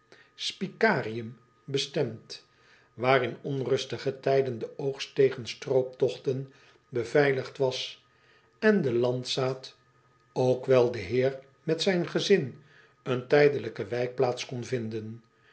bestemd waar in onrustige tijden de oogst tegen strooptogten beveiligd was en de landzaat ook wel de eer met zijn gezin een tijdelijke wijkplaats kon vinden